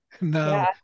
No